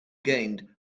gained